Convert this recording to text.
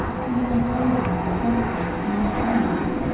he learned riding and fencing, and the use of arms.